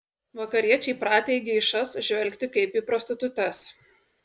vakariečiai pratę į geišas žvelgti kaip į prostitutes